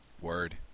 word